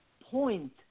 point